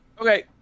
Okay